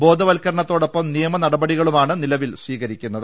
ബോധവത്കരണത്തോടൊപ്പം നിയമ നടപടികളുമാണ് നിലവിൽ സ്വീകരിക്കുന്നത്